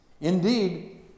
Indeed